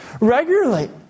regularly